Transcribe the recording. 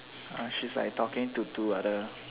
she's like talking to two other